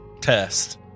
test